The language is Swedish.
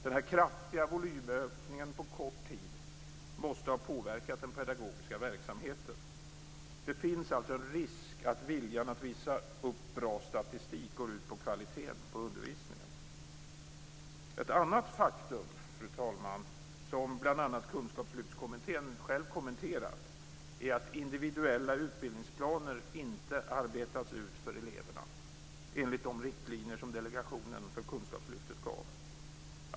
Denna kraftiga volymökning på kort tid måste ha påverkat den pedagogiska verksamheten. Det finns alltså en risk att viljan att visa upp bra statistik går ut över kvaliteten på undervisningen. Ett annat faktum, fru talman, som bl.a. Kunskapslyftskommittén själv kommenterat, är att individuella utbildningsplaner inte utarbetats för eleverna enligt de riktlinjer som delegationen för kunskapslyftet gav.